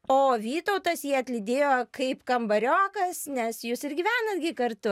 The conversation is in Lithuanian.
o vytautas jį atlydėjo kaip kambariokas nes jūs ir gyvenat gi kartu